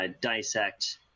dissect